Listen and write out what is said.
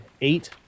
eight